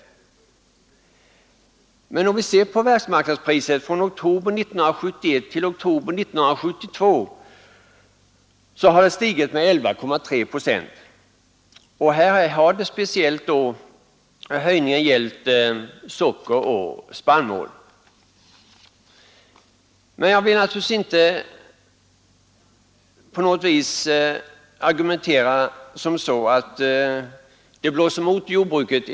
Om vi ser på världsmarknadspriset från oktober 1971 till oktober 1972 har det stigit med 11,3 procent. Här har höjningen speciellt gällt socker och spannmål. Men jag vill naturligtvis inte på något vis argumentera som om vinden i detta land blåser mot jordbruket.